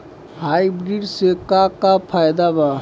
Hybrid से का का फायदा बा?